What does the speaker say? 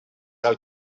out